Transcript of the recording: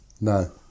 No